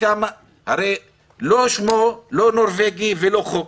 הרי זה לא נורווגי ולא חוק.